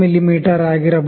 me ಆಗಿರಬಹುದು